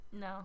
No